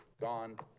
gone